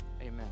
Amen